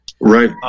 Right